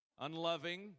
unloving